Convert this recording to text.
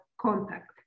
contact